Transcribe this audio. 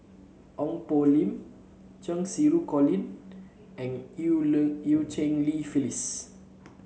Ong Poh Lim Cheng Xinru Colin and Eu Eu Cheng Li Phyllis